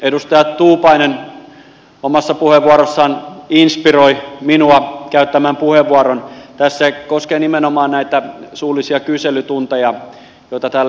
edustaja tuupainen omassa puheenvuorossaan inspiroi minua käyttämään puheenvuoron tässä koskien nimenomaan näitä suullisia kyselytunteja joita täällä järjestetään